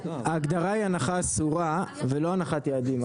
ההגדרה היא הנחה אסורה ולא הנחת יעדים.